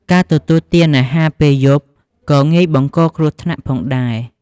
ការទទួលទានអាហារពេលយប់ក៏ងាយបង្ករគ្រោះថ្នាក់ផងដែរ។